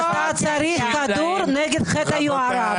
אתה צריך כדור נגד חטא היוהרה.